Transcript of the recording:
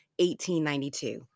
1892